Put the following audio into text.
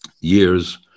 years